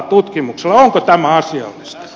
onko tämä asiallista